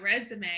resume